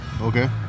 Okay